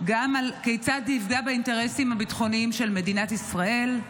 כיצד זה יפגע באינטרסים הביטחוניים של מדינת ישראל?